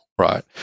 right